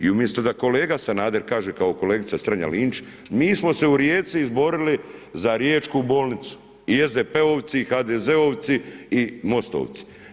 I umjesto da kolega Sanader kaže kao kolegica Strenja-Linić, mi smo se u Rijeci izborili za riječku bolnicu i SDP-ovci i HDZ-ovci i Most-ovci.